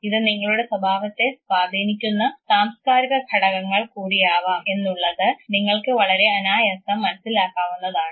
ഇത് നിങ്ങളുടെ സ്വഭാവത്തെ സ്വാധീനിക്കുന്ന സാംസ്കാരിക ഘടകങ്ങൾ കൂടിയാവാം എന്നുള്ളത് നിങ്ങൾക്ക് വളരെ അനായാസം മനസ്സിലാക്കാവുന്നതാണ്